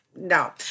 No